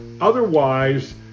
Otherwise